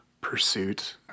pursuit